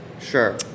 Sure